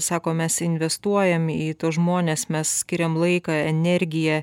sako mes investuojam į tuos žmones mes skiriam laiką energiją